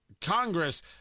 Congress